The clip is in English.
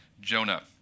Jonah